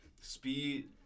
Speed